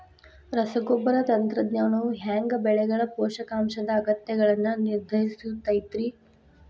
ರಸಗೊಬ್ಬರ ತಂತ್ರಜ್ಞಾನವು ಹ್ಯಾಂಗ ಬೆಳೆಗಳ ಪೋಷಕಾಂಶದ ಅಗತ್ಯಗಳನ್ನ ನಿರ್ಧರಿಸುತೈತ್ರಿ?